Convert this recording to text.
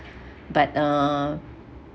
but uh